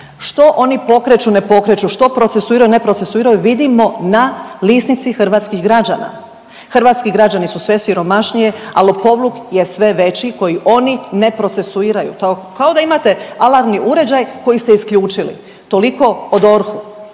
Što oni pokreću, ne pokreću, što procesuiraju, ne procesuiraju vidimo na lisnici hrvatskih građana. Hrvatski građani su sve siromašniji, a lopovluk je sve veći koji oni ne procesuiraju. To je kao da imate alarmni uređaj koji ste isključili. Toliko o DORH-u.